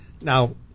Now